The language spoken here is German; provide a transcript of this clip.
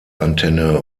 antenne